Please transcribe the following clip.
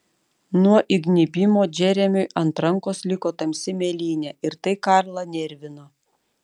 nuo įgnybimo džeremiui ant rankos liko tamsi mėlynė ir tai karlą nervino